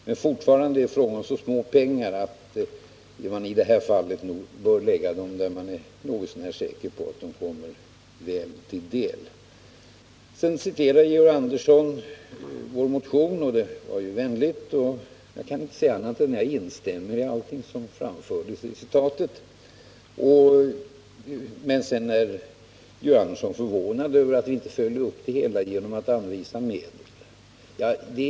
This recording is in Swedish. Men fortfarande är det fråga om så små pengar att man i det här fallet nog bör lägga dem där man är något så när säker på att de kommer väl till nytta. Georg Andersson citerade vår motion, och det var ju vänligt. Jag kan inte se annat än att jag instämmer i allting som framfördes i citatet. Sedan är Georg Andersson förvånad över att vi inte följer upp det hela genom att anvisa medel.